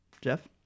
Jeff